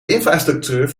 infrastructuur